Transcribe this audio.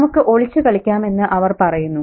നമുക്ക് ഒളിച്ചു കളിക്കാം എന്ന് അവർ പറയുന്നു